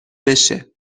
بشه